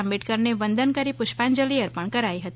આંબેડકરને વંદન કરી પુષ્પાંજલિ અર્પણ કરાઈ હતી